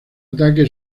ataque